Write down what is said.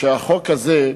שהחוק הזה,